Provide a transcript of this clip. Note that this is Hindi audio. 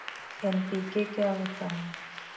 एन.पी.के क्या होता है?